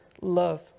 love